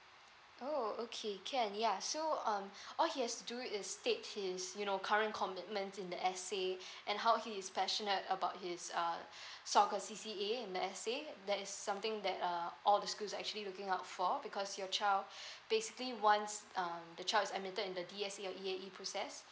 oh okay can ya so um all he has to do is state his you know current commitments in the essay and how he is passionate about his uh soccer C_C_A in the essay there is something that uh all the schools are actually looking out for because your child basically wants um the child is admitted in the D_S_A or E_A_E process